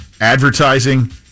advertising